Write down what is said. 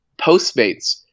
Postmates